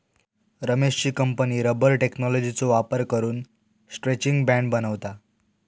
रमेशची company rubber टेक्नॉलॉजीचो वापर करून स्ट्रैचिंग बँड बनवता